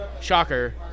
shocker